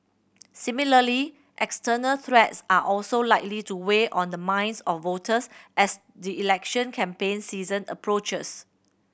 similarly external threats are also likely to weigh on the minds of voters as the election campaign season approaches